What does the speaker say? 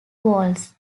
walls